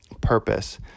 purpose